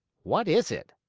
what is it?